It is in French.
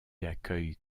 accueillent